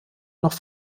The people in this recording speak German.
noch